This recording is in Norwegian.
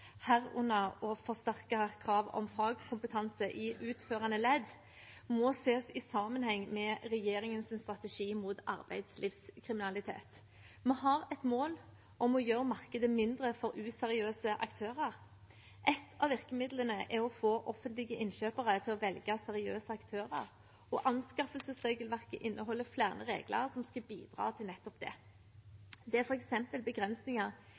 herunder forsterkede krav om fagkompetanse i utførende ledd, må ses i sammenheng med regjeringens strategi mot arbeidslivskriminalitet. Vi har et mål om å gjøre markedet mindre for useriøse aktører. Et av virkemidlene er å få offentlige innkjøpere til å velge seriøse aktører, og anskaffelsesregelverket inneholder flere regler som skal bidra til nettopp det. Det er f.eks. begrensninger